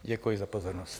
Děkuji za pozornost.